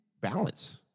balance